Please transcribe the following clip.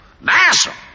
Massive